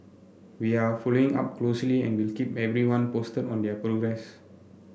we are following up closely and will keep everyone posted on their progress